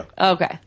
Okay